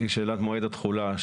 שאלת מועד התחולה.